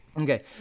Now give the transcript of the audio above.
Okay